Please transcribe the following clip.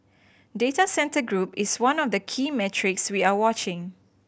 data centre group is one of the key metrics we are watching